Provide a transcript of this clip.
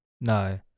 No